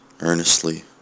earnestly